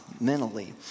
mentally